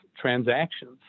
transactions